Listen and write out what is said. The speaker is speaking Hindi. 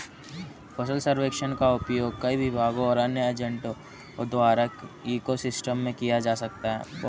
फसल सर्वेक्षण का उपयोग कई विभागों और अन्य एजेंटों द्वारा इको सिस्टम में किया जा सकता है